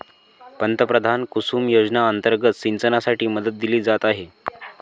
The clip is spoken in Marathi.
पंतप्रधान कुसुम योजना अंतर्गत सिंचनासाठी मदत दिली जात आहे